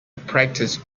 practise